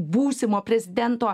būsimo prezidento